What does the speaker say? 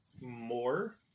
more